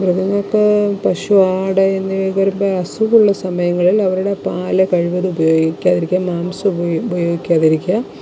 മൃഗങ്ങൾക്ക് പശു ആട് എന്നിവയൊക്കെ വരുമ്പം അസുഖമുള്ള സമയങ്ങളിൽ അവരുടെ പാൽ കഴിവതും ഉപയോഗിക്കാതിരിക്കുക മാംസം ഉപ ഉപയോഗിക്കാതിരിക്കുക